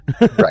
Right